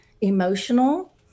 emotional